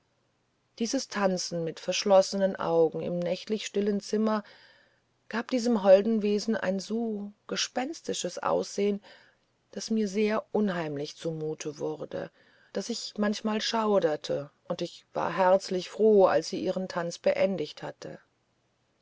dieses tanzen mit verschlossenen augen im nächtlich stillen zimmer gab diesem holden wesen ein so gespenstisches aussehen daß mir sehr unheimlich zumute wurde daß ich manchmal schauderte und ich war herzlich froh als sie ihren tanz beendigt hatte